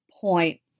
point